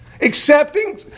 accepting